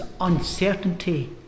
uncertainty